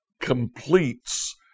completes